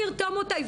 אני ארתום אותה.